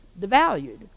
devalued